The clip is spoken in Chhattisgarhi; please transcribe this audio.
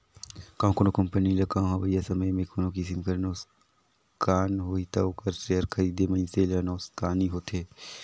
कहों कोनो कंपनी ल कहों अवइया समे में कोनो किसिम कर नोसकान होही ता ओकर सेयर खरीदे मइनसे ल नोसकानी होथे